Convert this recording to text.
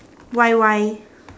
Y_Y